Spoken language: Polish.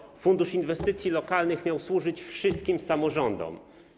Rządowy Fundusz Inwestycji Lokalnych miał służyć wszystkim samorządom.